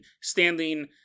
Standing